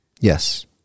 Yes